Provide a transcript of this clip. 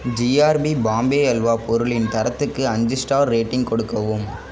GRB Bombay halwa பொருளின் தரத்துக்கு அஞ்சு ஸ்டார் ரேட்டிங் கொடுக்கவும்